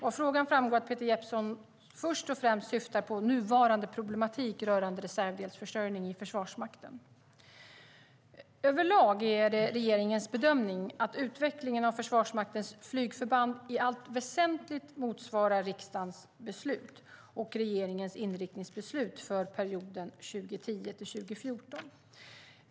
Av frågan framgår att Peter Jeppsson först och främst syftar på nuvarande problematik rörande reservdelsförsörjning i Försvarsmakten. Överlag är det regeringens bedömning att utvecklingen av Försvarsmaktens flygförband i allt väsentligt motsvarar riksdagens beslut och regeringens inriktningsbeslut för perioden 2010-2014.